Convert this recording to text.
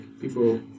People